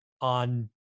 on